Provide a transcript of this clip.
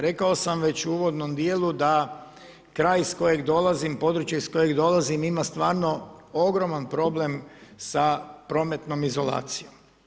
Rekao sam već u uvodnom dijelu da kraj iz kojeg dolazim, područje iz kojeg dolazim ima stvarno ogroman problem sa prometnom izolacijom.